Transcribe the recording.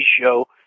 show